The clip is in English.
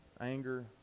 Anger